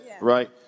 right